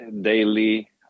daily